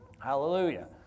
Hallelujah